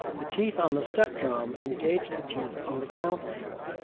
the teeth on the step drum engage and the teeth on the count gear,